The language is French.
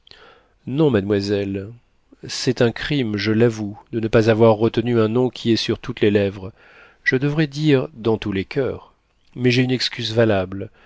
non mademoiselle c'est un crime je l'avoue de ne pas avoir retenu un nom qui est sur toutes les lèvres je devrais dire dans tous les coeurs mais j'ai une excuse valable